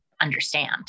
understand